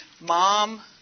mom